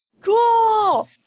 Cool